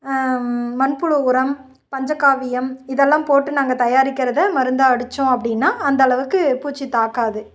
மண்புழு உரம் பஞ்சகாவியம் இதெல்லாம் போட்டு நாங்கள் தயாரிக்கிறதை மருந்தாக அடித்தோம் அப்படின்னா அந்தளவுக்குப் பூச்சி தாக்காது